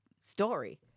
story